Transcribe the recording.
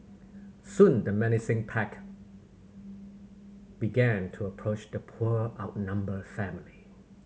soon the menacing pack began to approach the poor outnumbered family